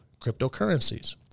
cryptocurrencies